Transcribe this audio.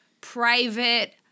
private